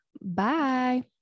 Bye